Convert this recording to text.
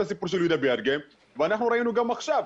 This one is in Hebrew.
הסיפור של יהודה ביאדגה ואנחנו ראינו גם עכשיו,